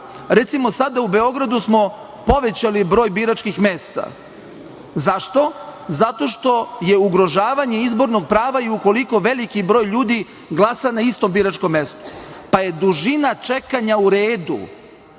pravo. Recimo, sada u Beogradu smo povećali broj biračkih mesta. Zašto? Zato što je ugrožavanje izbornog prava i ukoliko veliki broj ljudi glasa na istom biračkom mestu, pa je dužina čekanja u redu